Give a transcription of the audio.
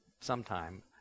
sometime